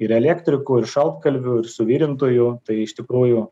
ir elektrikų ir šaltkalvių ir suvirintojų tai iš tikrųjų